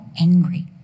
angry